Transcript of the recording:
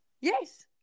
yes